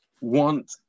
want